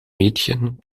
mädchen